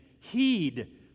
heed